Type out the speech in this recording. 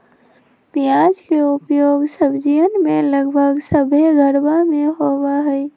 प्याज के उपयोग सब्जीयन में लगभग सभ्भे घरवा में होबा हई